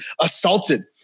assaulted